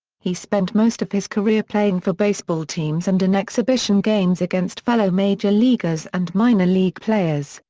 he spent most of his career playing for baseball teams and in exhibition games against fellow major leaguers and minor league players,